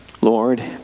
Lord